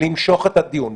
למשוך את הדיון.